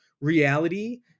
reality